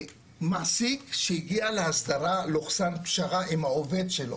מעסיק שהגיע להסדרה/פשרה עם העובד שלו,